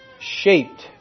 shaped